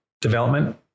development